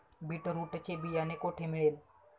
Beetroot चे बियाणे कोठे मिळेल?